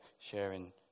sharing